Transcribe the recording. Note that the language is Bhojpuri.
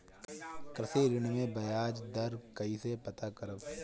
कृषि ऋण में बयाज दर कइसे पता करब?